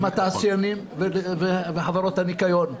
עם התעשיינים וחברות הניקיון.